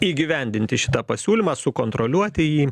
įgyvendinti šitą pasiūlymą sukontroliuoti jį